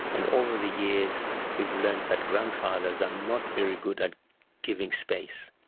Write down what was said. and over the years we've learned that grandfathers are not very good at giving space.